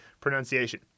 pronunciation